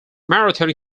marathon